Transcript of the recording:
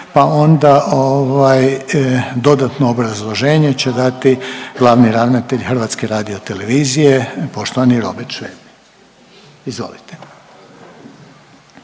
pa onda ovaj dodatno obrazloženje će dati glavni ravnatelj HRT-a, poštovani Robert Šveb. Izvolite.